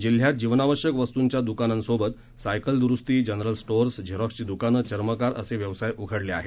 जिल्ह्यात जीवनावश्यक वस्तूंच्या द्कानांसोबत सायकल द्रुस्ती जनरल स्टोअर्स झेरॉक्सची दुकानं चर्मकार असे व्यवसाय उघडले आहेत